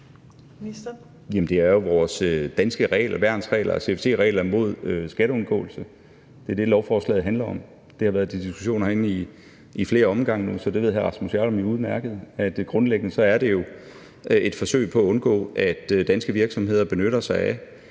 Det er jo vores danske værnsregler, altså CFC-reglerne imod skatteundgåelse. Det er det, lovforslaget handler om. Det har været til diskussion herinde i flere omgange nu, så hr. Rasmus Jarlov ved jo udmærket, at grundlæggende er det et forsøg på at undgå, at danske virksomheder benytter sig af